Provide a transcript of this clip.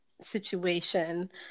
situation